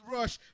Rush